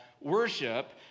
Worship